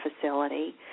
facility